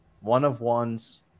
one-of-ones